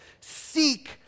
Seek